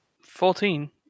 Fourteen